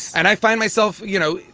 and i find myself, you know,